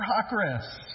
progress